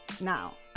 Now